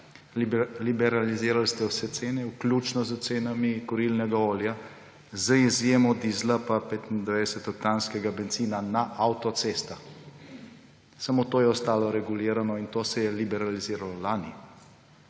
Liberaliziral ste vse cene, vključno s cenami kurilnega olja, z izjemo dizla pa 95-oktanskega bencina na avtocestah. Samo to je ostalo regulirano in to se je liberaliziralo lani,